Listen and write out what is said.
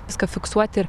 viską fiksuoti ir